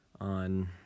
on